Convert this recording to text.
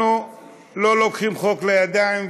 אנחנו לא לוקחים את החוק לידיים,